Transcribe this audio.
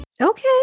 Okay